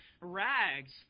rags